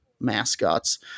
mascots